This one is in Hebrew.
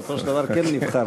בסופו של דבר כן נבחרת.